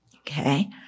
Okay